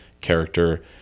character